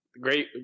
great